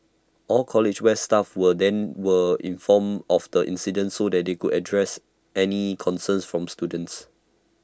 all college west staff were then were informed of the incident so they could address any concerns from students